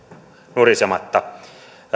nurisematta